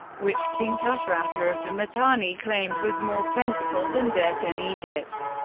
which king tushratta of the mitanni claimed was more plentiful than dirt in egypt.